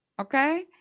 Okay